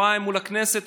13:00 מול הכנסת.